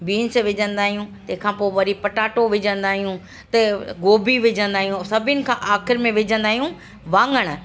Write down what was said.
beans विझंदा आहियूं तंहिंखां पोइ वरी पटाटो विझंदा आहियूं गोभी विझंदा आहियूं सभिनि खां आख़िर में विझंदा आहियूं वांगण